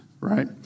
Right